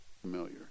familiar